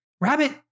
Rabbit